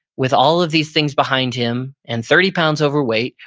with all of these things behind him, and thirty pounds overweight,